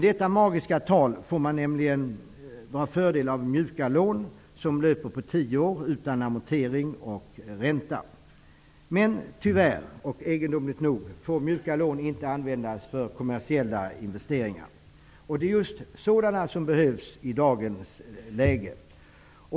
Vid detta magiska tal får man nämligen fördel av mjuka lån som löper på tio år utan amortering och ränta. Tyvärr, och egendomligt nog, får mjuka lån inte användas för kommersiella investeringar. Det är just sådana som behövs i dagens läge.